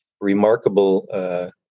remarkable